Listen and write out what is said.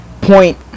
point